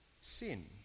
sin